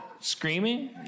screaming